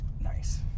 Nice